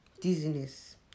dizziness